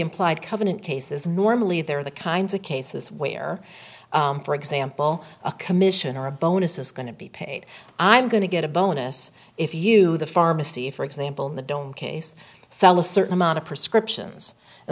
implied covenant cases normally they're the kinds of cases where for example a commission or a bonus is going to be paid i'm going to get a bonus if you the pharmacy for example in the don't case sell a certain amount of prescriptions